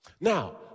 Now